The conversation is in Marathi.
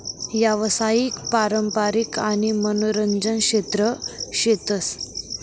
यावसायिक, पारंपारिक आणि मनोरंजन क्षेत्र शेतस